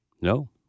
No